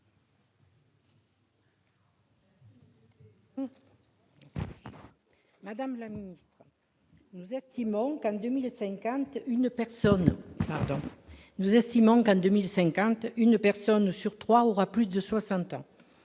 Madame la ministre, nous estimons que, en 2050, une personne sur trois aura plus de soixante